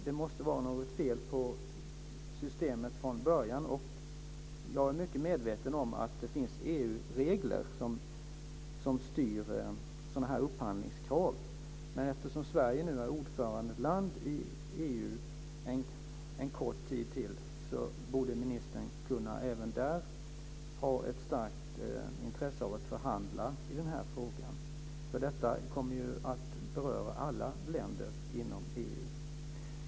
Det måste vara något fel på systemet från början. Jag är medveten om att det finns EG regler som styr upphandlingskrav. Men eftersom Sverige är ordförande i EU ytterligare en kort tid borde ministern ha ett starkt intresse av att förhandla i frågan. Det kommer att beröra alla länder inom EU.